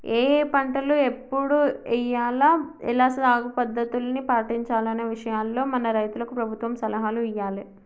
ఏఏ పంటలు ఎప్పుడు ఎయ్యాల, ఎలా సాగు పద్ధతుల్ని పాటించాలనే విషయాల్లో మన రైతులకు ప్రభుత్వం సలహాలు ఇయ్యాలే